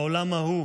בעולם ההוא,